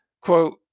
quote